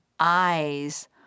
eyes